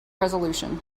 resolution